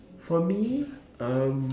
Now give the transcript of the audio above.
for me um